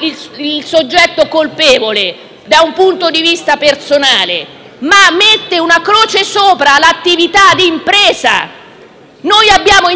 il soggetto colpevole, da un punto di vista personale, ma mette una croce sopra all'attività d'impresa. Ci sono imprese